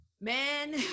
man